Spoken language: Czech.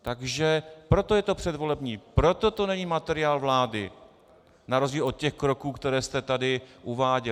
Takže proto je to předvolební, proto to není materiál vlády, na rozdíl od těch kroků, které jste tady uváděl.